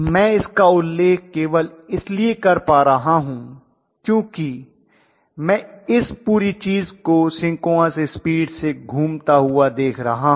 मैं इसका उल्लेख केवल इसलिए कर पा रहा हूं क्योंकि मैं इस पूरी चीज को सिंक्रोनस स्पीड से घूमता हुआ देख रहा हूं